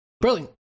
brilliant